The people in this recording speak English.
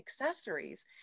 accessories